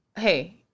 Hey